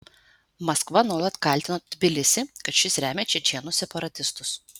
maskva nuolat kaltino tbilisį kad šis remia čečėnų separatistus